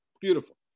Beautiful